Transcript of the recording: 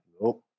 Nope